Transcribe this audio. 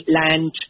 land